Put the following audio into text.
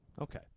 Okay